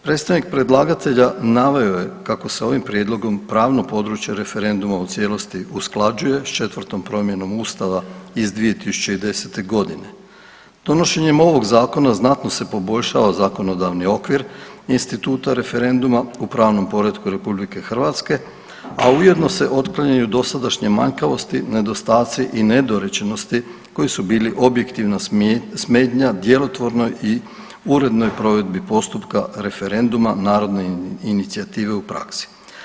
Predstavnik predlagatelja naveo je kako se ovim Prijedlogom pravno područje referenduma u cijelosti usklađuje s 4. promjenom Ustava iz 2010. g. Donošenjem ovog Zakona znatno se poboljšava zakonodavni okvir instituta referenduma u pravnom poretku RH, a ujedno se otklanjaju dosadašnje manjkavosti, nedostaci i nedorečenosti koji su bili objektivna smetnja djelotvornoj i urednoj provedbi postupka referenduma narodne inicijative u praksi.